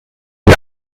die